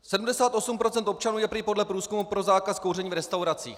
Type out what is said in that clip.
Sedmdesát osm procent občanů je prý podle průzkumu pro zákaz kouření v restauracích.